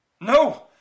No